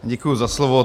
Děkuji za slovo.